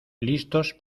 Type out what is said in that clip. listos